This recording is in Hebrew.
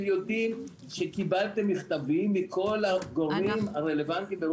יודעים שקיבלתם מכתבים מכל הגורמים הרלוונטיים.